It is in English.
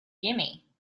gimme